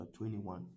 21